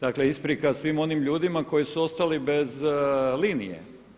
Dakle, isprika svim onim ljudima koji su ostali bez linije.